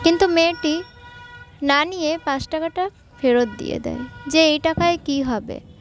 কিন্তু মেয়েটি না নিয়ে পাঁচ টাকাটা ফেরত দিয়ে দেয় যে এই টাকায় কী হবে